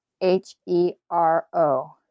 H-E-R-O